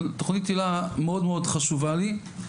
אבל תוכנית היל"ה חשובה לי מאוד.